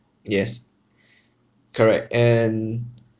yes correct and